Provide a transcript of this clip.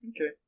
Okay